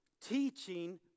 teaching